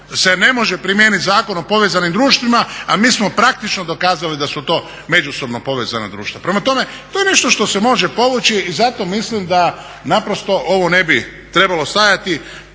se ne može primijeniti Zakon o povezanim društvima, a mi smo praktično dokazali da su to međusobno povezana društva. Prema tome, to je nešto što se može povući zato mislim da ovo ne bi trebalo stajati